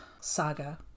saga